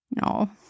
No